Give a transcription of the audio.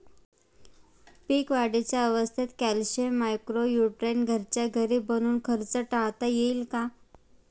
पीक वाढीच्या अवस्थेत calcium, micro neutron घरच्या घरी बनवून खर्च टाळता येईल का?